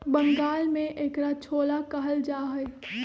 बंगाल में एकरा छोला कहल जाहई